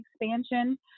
expansion